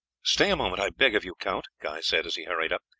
stay a moment i beg of you, count, guy said as he hurried up,